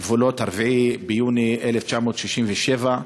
גבולות 4 ביוני 1967,